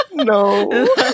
No